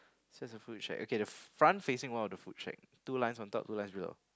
so there's a foot track okay the front facing one of the foot track two lines on top two lines below